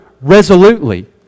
resolutely